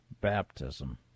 baptism